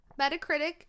Metacritic